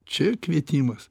čia kvietimas